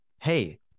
Hey